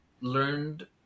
learned